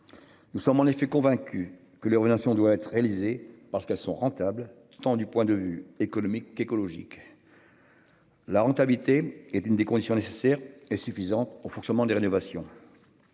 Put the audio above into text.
Nous sommes en effet convaincu que les révélations doit être réalisé parce qu'elles sont rentables. Tant du point de vue économique qu'écologique. La rentabilité est une des conditions nécessaires et suffisantes au fonctionnement des rénovations.